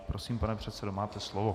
Prosím, pane předsedo, máte slovo.